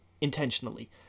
intentionally